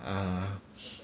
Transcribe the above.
ah